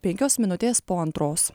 penkios minutės po antros